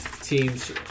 teams